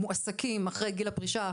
מועסקים אחרי גיל הפרישה,